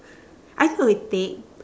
I thought we take